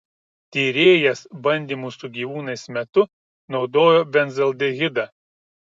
tyrėjas bandymų su gyvūnais metu naudojo benzaldehidą